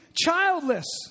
childless